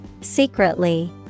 Secretly